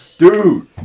Dude